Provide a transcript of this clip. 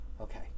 okay